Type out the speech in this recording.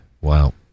Wow